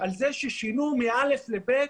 על זה ששינו מ-א ל-ב,